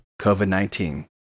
COVID-19